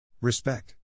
Respect